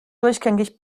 durchgängig